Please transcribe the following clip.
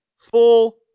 full